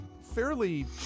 fairly